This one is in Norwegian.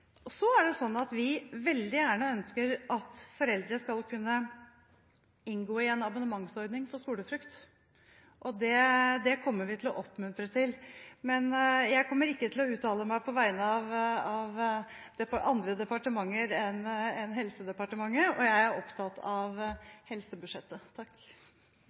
vi veldig gjerne at foreldre skal kunne inngå i en abonnementsordning for skolefrukt, og det kommer vi til å oppmuntre til. Men jeg kommer ikke til å uttale meg på vegne av andre departementer enn Helsedepartementet, og jeg er opptatt av helsebudsjettet.